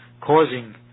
causing